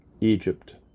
Egypt